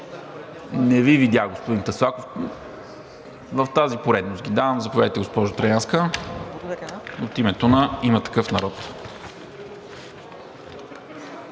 Не Ви видях, господин Таслаков. В тази поредност ги давам. Заповядайте, госпожо Траянска, от името на „Има такъв народ“.